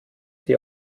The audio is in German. die